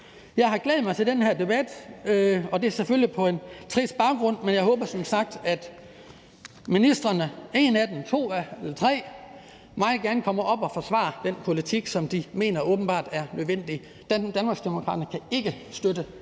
Jeg har glædet mig til den her debat. Det er selvfølgelig på en trist baggrund, men jeg håber som sagt, at mindst en af ministrene og meget gerne to eller tre, kommer op og forsvarer den politik, som de åbenbart mener er nødvendig. Danmarksdemokraterne kan ikke støtte